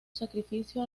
sacrificio